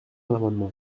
l’amendement